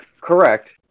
Correct